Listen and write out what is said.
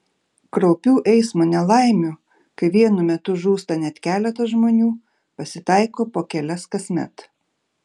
kraupių eismo nelaimių kai vienu metu žūsta net keletas žmonių pasitaiko po kelias kasmet